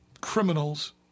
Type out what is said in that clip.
criminals